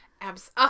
abs